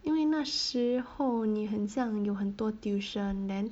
因为那时候你很像有很多 tuition then